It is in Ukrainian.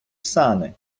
сани